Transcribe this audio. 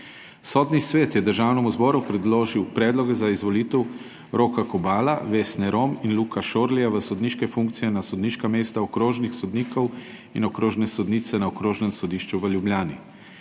Sodni svet je Državnemu zboru predložil predlog za izvolitev Roka Kobala, Vesne Rom in Luka Šorlija v sodniške funkcije na sodniška mesta okrožnih sodnikov in okrožne sodnice na Okrožnem sodišču v Ljubljani.